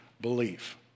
belief